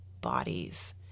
bodies